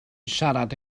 siarad